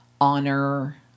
honor